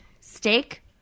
Steak